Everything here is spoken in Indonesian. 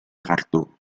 kartu